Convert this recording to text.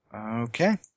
Okay